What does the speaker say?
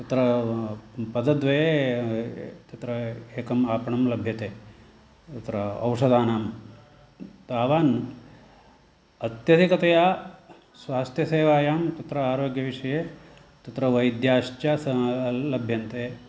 तत्र पदद्वये तत्र एकम् आपणं लभ्यते तत्र औषधानां तावान् अत्यधिकतया स्वास्थ्यसेवायां तत्र आरोग्यविषये तत्र वैद्याश्च स लभ्यन्ते